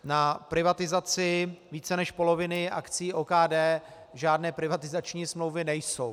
Na privatizaci více než poloviny akcií OKD žádné privatizační smlouvy nejsou.